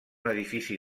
edifici